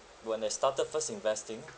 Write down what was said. when I started first investing